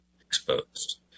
exposed